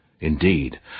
Indeed